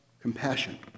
compassion